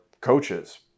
coaches